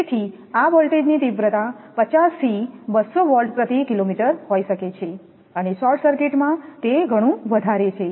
તેથી આ વોલ્ટેજની તીવ્રતા 50 થી 200 વોલ્ટ પ્રતિ કિલોમીટર હોઈ શકે છે અને શોર્ટ સર્કિટ માંતે ઘણું વધારે છે